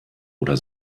oder